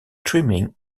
trimming